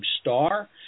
star